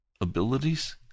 abilities